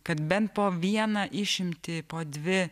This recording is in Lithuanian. kad bent po vieną išimtį po dvi